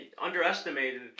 underestimated